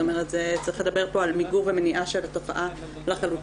זאת אומרת צריך לדבר פה על מיגור ומניעה של התופעה לחלוטין,